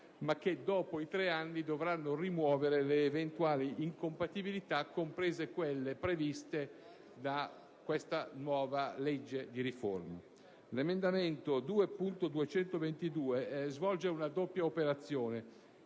ma che dopo i tre anni dovranno rimuovere le eventuali incompatibilità, comprese quelle previste da questa nuova legge di riforma. L'emendamento 2.222 svolge una doppia operazione.